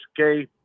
Okay